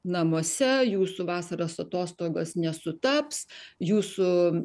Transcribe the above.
namuose jūsų vasaros atostogos nesutaps jūsų